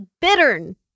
bittern